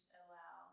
allow